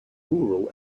rural